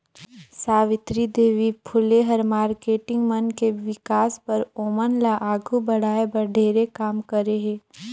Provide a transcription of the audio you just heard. सावित्री देवी फूले ह मारकेटिंग मन के विकास बर, ओमन ल आघू बढ़ाये बर ढेरे काम करे हे